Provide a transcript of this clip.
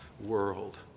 world